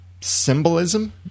symbolism